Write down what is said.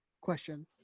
question